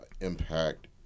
impact